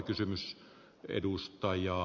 arvoisa herra puhemies